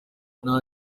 nta